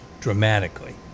dramatically